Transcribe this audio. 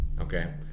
okay